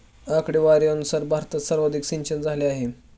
आकडेवारीनुसार भारतात सर्वाधिक सिंचनझाले आहे